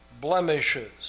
blemishes